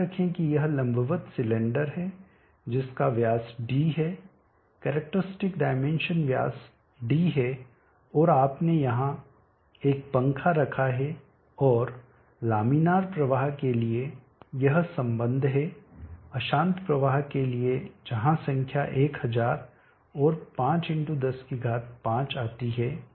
याद रखें कि यह लंबवत सिलेंडर है जिसका व्यास d है कैरेक्टरस्टिक डायमेंशन व्यास d है और आपने यहां एक पंखा रखा है और लामिनार प्रवाह के लिए यह संबंध है अशांत प्रवाह के लिए जहां संख्या 1000 और 5×105 आती है